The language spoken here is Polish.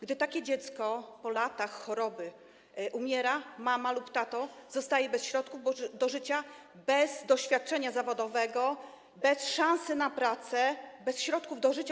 Gdy takie dziecko po latach choroby umiera, mama lub tato zostają bez środków do życia, bez doświadczenia zawodowego, bez szansy na pracę, zupełnie bez środków do życia.